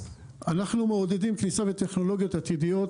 אנחנו מעודדים כניסה של טכנולוגיות עתידיות